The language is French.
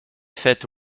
faite